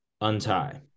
untie